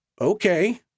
okay